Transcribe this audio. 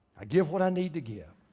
i give what i need to give.